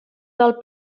del